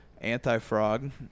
Anti-frog